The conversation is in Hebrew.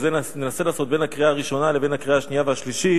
ואת זה ננסה לעשות בין הקריאה הראשונה לבין הקריאה השנייה והשלישית,